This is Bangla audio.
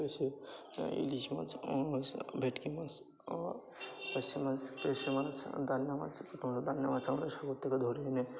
পেশি ইলিশ মাছ ভেটকি মাছ পেশি মাছ পেশি মাছ দান্নে মাছ দান্নে মাছ আমরা সাগর থেকে ধরে এনে